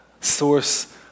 source